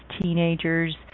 teenagers